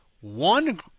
one